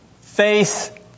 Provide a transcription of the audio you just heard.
faith